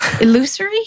Illusory